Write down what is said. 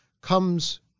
comes